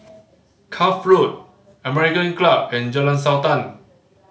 Cuff Road American Club and Jalan Sultan